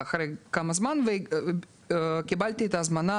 בקשה ואחרי זמן מה קיבלתי את ההזמנה